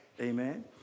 Amen